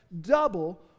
double